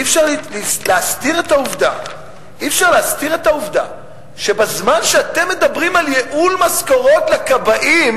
אי-אפשר להסתיר את העובדה שבזמן שאתם מדברים על ייעול במשכורות הכבאים,